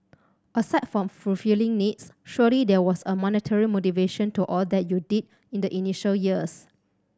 aside from fulfilling needs surely there was a monetary motivation to all that you did in the initial years